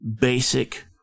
basic